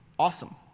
Awesome